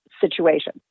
situation